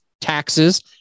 taxes